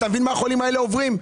אתה מבין מה החולים האלה עוברים?